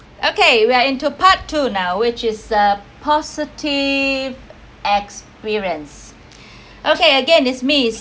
okay we are into part two now which is a positive experience okay again is me